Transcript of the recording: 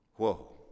Whoa